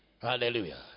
Hallelujah